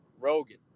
Rogan